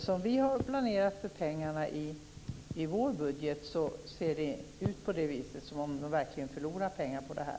Som vi har planerat för pengarna i vår budget, ser det ut som om de verkligen förlorar pengar på det här.